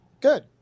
Good